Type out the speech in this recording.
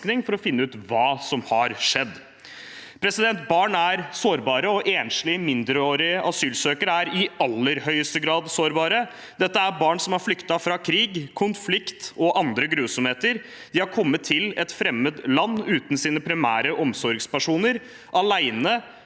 for å finne ut hva som har skjedd. Barn er sårbare, og enslige mindreårige asylsøkere er i aller høyeste grad sårbare. Dette er barn som har flyktet fra krig, konflikt og andre grusomheter. De har kommet til et fremmed land uten sine primære om